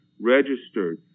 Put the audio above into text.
registered